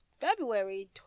February